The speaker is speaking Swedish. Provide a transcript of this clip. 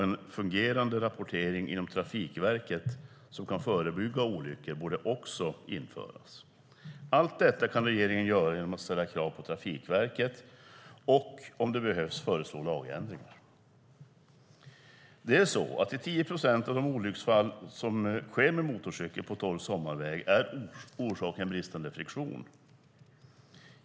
En fungerande rapportering inom Trafikverket som kan förebygga olyckor borde också införas. Allt detta kan regeringen göra genom att ställa krav på Trafikverket och, om det behövs, föreslå lagändringar. I 10 procent av de olycksfall som sker med motorcykel på torr sommarväg är orsaken bristande friktion.